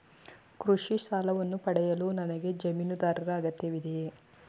ಕೃಷಿ ಸಾಲವನ್ನು ಪಡೆಯಲು ನನಗೆ ಜಮೀನುದಾರರ ಅಗತ್ಯವಿದೆಯೇ?